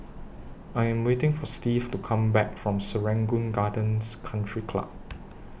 I Am waiting For Steve to Come Back from Serangoon Gardens Country Club